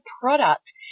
product